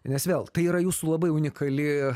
nes vėl tai yra jūs labai unikali